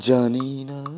Janina